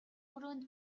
өрөөнд